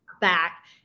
back